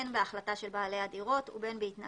בין בהחלטה של בעלי הדירות ובין בהתנהגותם,